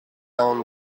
down